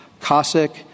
Cossack